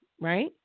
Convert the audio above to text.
right